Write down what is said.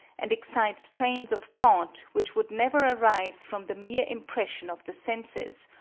and excites trains of thought which would never arise from the mere impression of the senses,